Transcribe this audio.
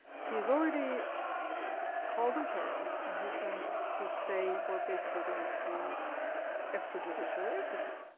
he has already called them terrorists, and he is going to say we're basically going to extrajudicially execute